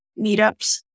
meetups